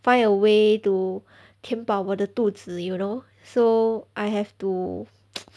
find a way to 填饱我的肚子 you know so I have to